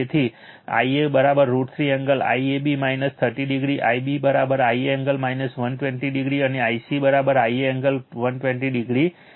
તેથી Ia √ 3 angle IAB 30o Ib Ia angle 120o અને I c Ia angle 120o છે